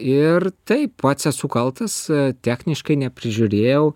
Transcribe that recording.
ir taip pats esu kaltas techniškai neprižiūrėjau